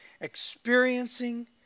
Experiencing